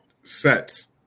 sets